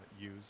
use